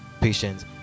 patience